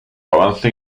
avance